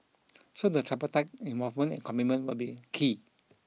so the tripartite involvement and commitment will be key